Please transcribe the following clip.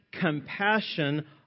compassion